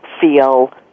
feel